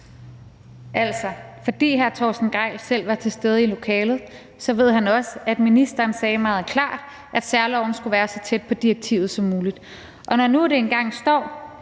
Altså, fordi hr. Torsten Gejl selv var til stede i lokalet, ved han også, at ministeren sagde meget klart, at særloven skulle være så tæt på direktivet som muligt. Og når det nu engang står